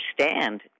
understand